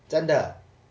真的